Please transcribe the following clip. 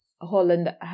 Holland